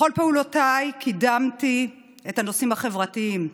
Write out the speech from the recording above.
בכל פעולותיי קידמתי את הנושאים החברתיים,